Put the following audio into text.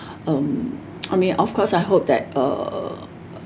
um I mean of course I hope that uh